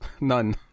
None